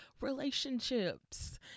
relationships